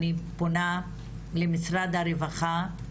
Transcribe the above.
אני פונה למשרד הרווחה,